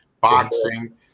boxing